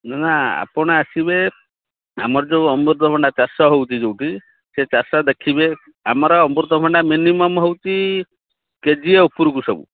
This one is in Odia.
ନା ଆପଣ ଆସିବେ ଆମର ଯେଉଁ ଅମୃତଭଣ୍ଡା ଚାଷ ହେଉଛି ଯେଉଁଠି ସେ ଚାଷ ଦେଖିବେ ଆମର ଅମୃତଭଣ୍ଡା ମିନିମମ୍ ହେଉଛି କେଜିଏ ଉପରକୁ ସବୁ